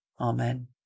Amen